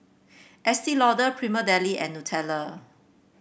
Estee Lauder Prima Deli and Nutella